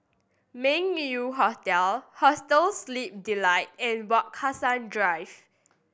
Meng Yew Hotel Hostel Sleep Delight and Wak Hassan Drive